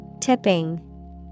Tipping